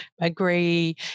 agree